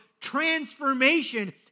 transformation